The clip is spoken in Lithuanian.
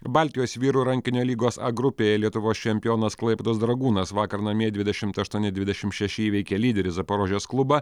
baltijos vyrų rankinio lygos a grupėje lietuvos čempionas klaipėdos dragūnas vakar namie dvidešimt aštuoni dvidešim šeši įveikė lyderį zaporožės klubą